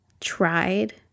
tried